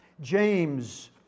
James